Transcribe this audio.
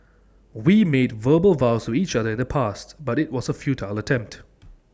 we made verbal vows to each other in the past but IT was A futile attempt